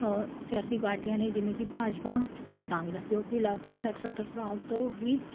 ਸਿਆਸੀ ਪਾਰਟੀਆਂ ਨੇ ਜਿਵੇਂ ਕਿ ਭਾਜਪਾ ਅਤੇ ਕਾਂਗਰਸ ਜੋ ਕਿ ਲਗਭਗ ਸੱਠ ਸੱਤਰ ਸਾਲ ਤੋਂ ਹੀ